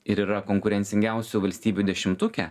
ir yra konkurencingiausių valstybių dešimtuke